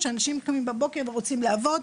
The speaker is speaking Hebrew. שאנשים קמים בבוקר ורוצים לעבוד,